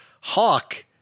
Hawk